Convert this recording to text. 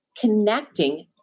connecting